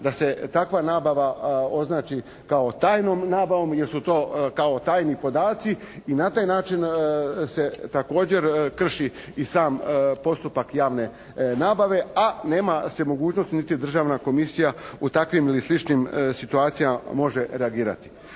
da se takva nabava označi kao tajnom nabavom, jer su to kao tajni podaci. I na taj način se također krši i sam postupak javne nabave. A nema se mogućnosti niti Državna komisija u takvim ili sličnim situacijama može reagirati.